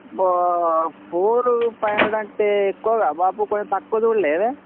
four five hundred అంటే ఎక్కువగా బాపు కొంచెం తక్కువ చూడలేదే